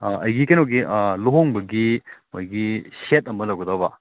ꯑꯥ ꯑꯩꯒꯤ ꯀꯩꯅꯣꯒꯤ ꯂꯨꯍꯣꯡꯕꯒꯤ ꯃꯣꯏꯒꯤ ꯁꯦꯠ ꯑꯃ ꯂꯧꯒꯗꯧꯕ